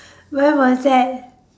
where was that